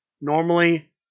Normally